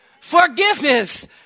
Forgiveness